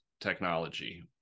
technology